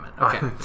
Okay